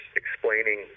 explaining